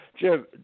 Jim